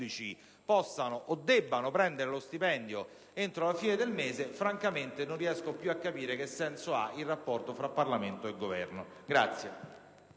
possano o debbano ricevere lo stipendio entro la fine del mese, francamente non riesco più a capire che senso abbia il rapporto fra Parlamento e Governo.